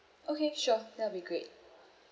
okay sure that will be great